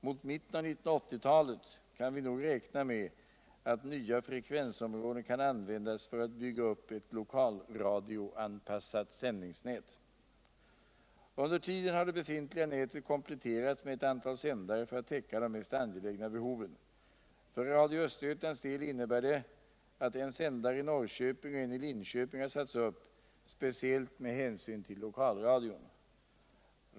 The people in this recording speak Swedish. Mot mitten av 1980-talet kan vi nog räkna med att nya frekvensområden kan användas för att bygga upp ett lokalradioanpassat sändningsnät. Under tiden har det befintliga nätet kompletterats med ev antal sändare för att tävkade mest angeligna behoven. För Radio Östergötlands detinnebär det att en sändare i Norrköping och en i Cinköping har satts upp speciellt med hänsyn till lokalradion.